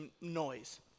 noise